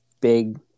big